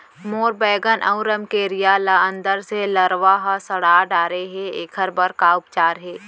मोर बैगन अऊ रमकेरिया ल अंदर से लरवा ह सड़ा डाले हे, एखर बर का उपचार हे?